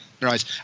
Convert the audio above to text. right